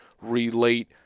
relate